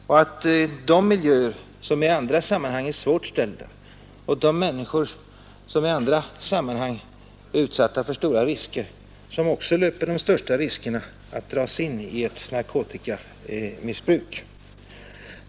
Det är de miljöer som i andra sammanhang är svårt ställda och de människor som i andra sammanhang är utsatta för stora risker som också löper de största riskerna att dras in i narkotikamissbruk.